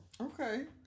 Okay